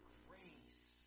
grace